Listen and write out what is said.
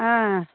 ꯑꯥ